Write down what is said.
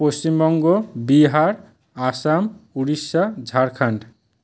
Paschimbanga Bihar Assam Odisha Jharkhand